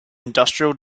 industrial